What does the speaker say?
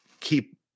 keep